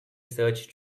search